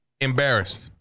embarrassed